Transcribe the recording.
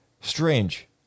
strange